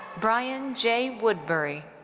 brian j. woodbury.